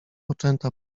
oczęta